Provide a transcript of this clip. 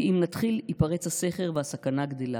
כי אם נתחיל, ייפרץ הסכר, והסכנה גדלה.